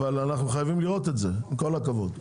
אבל אנחנו חייבים לראות את זה, עם כל הכבוד.